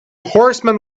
horseman